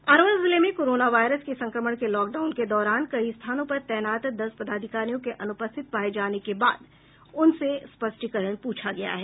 अरवल जिले में corona virus के संक्रमण के लॉकडाउन के दौरान कई स्थानों पर तैनात दस पदाधिकारियों के अनुपस्थित पाए जाने के बाद उनसे स्पष्टीकरण पूछा गया है